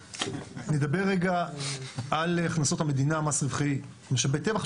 נדבר רגע על הכנסות המדינה מס רווחי משאבי טבע,